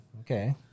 Okay